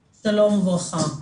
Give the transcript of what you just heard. וברכה.